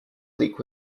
leak